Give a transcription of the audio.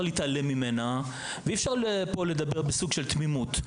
להתעלם ממנה ואי אפשר לדבר פה בסוג של תמימות.